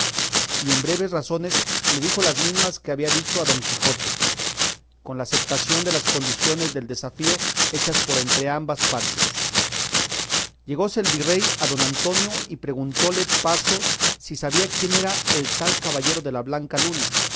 y en breves razones le dijo las mismas que había dicho a don quijote con la acetación de las condiciones del desafío hechas por entrambas partes llegóse el visorrey a don antonio y preguntóle paso si sabía quién era el tal caballero de la blanca luna